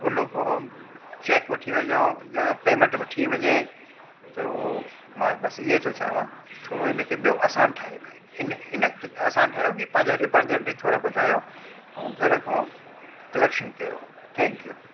उन खां चैक वठी वञो या पेमेंट वठी वञे त उहो मां बसि इहे थो चाहियां थोरो इन खे ॿियों आसान ठाहे हिन इनखे आसान ठाहियो कि पंहिंजा रिप्रेजेंटेटिव थोरा वधायो ऐं घर खां कलैक्शन कयो थैंक्यू